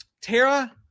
Tara